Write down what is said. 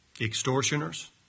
extortioners